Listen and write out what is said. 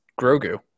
grogu